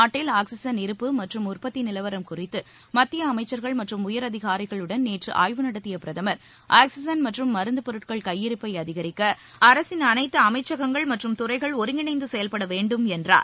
நாட்டில் ஆக்ஸிஜன் இருப்பு மற்றும் உற்பத்தி நிலவரம் குறித்து மத்திய அமைச்சர்கள் மற்றும் உயர் அதிகாரிகளுடன் நேற்று ஆய்வு நடத்திய பிரதமர் ஆக்ஸிஜன் மற்றும் மருந்து பொருட்கள் கையிருப்பை அதிகரிக்க அரசின் அனைத்து அமைச்சகங்கள் மற்றும் துறைகள் ஒருங்கிணைந்து செயல்பட வேண்டும் என்றார்